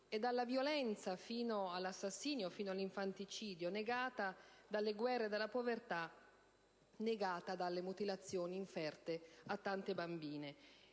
e dalla violenza fino all'assassinio e all'infanticidio; negata dalle guerre e dalla povertà; negata dalle mutilazioni inferte a tante bambine.